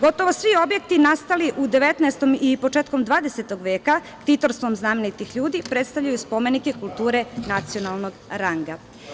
Gotovo svi objekti nastali u 19. i početkom 20. veka, ktitorstvom znamenitih ljudi, predstavljaju spomenike kulture nacionalnog ranga.